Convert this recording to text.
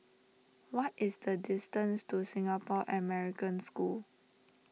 what is the distance to Singapore American School